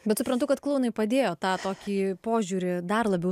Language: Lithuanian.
bet suprantu kad klounai padėjo tą tokį požiūrį dar labiau